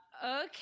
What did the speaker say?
Okay